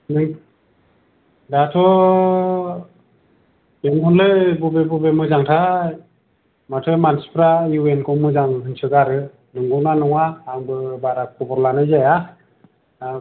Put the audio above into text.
दाथ' बेनोथ'लै बबे बबे मोजांथाय माथो मानसिफ्रा इउ एन खौ मोजां बुंसोगारो नंगौना नङा आंबो बारा खबर लानाय जाया आं